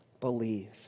believe